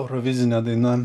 eurovizinė daina